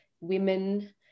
women